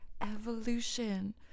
evolution